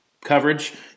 coverage